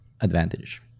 advantage